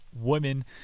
Women